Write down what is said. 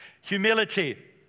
Humility